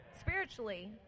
spiritually